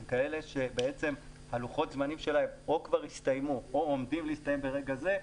הם כאלה שלוחות הזמנים שלהם או הסתיימו או עומדים להסתיים ברגע זה,